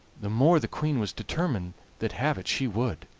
the more the queen was determined that have it she would.